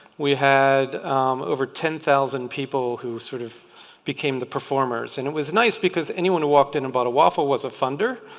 we had over ten thousand people who sort of became the performers. and it was nice because anyone who walked in and bought a waffle was a funder.